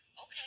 okay